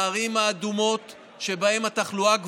הערים האדומות, שבהן התחלואה גבוהה,